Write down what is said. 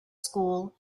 school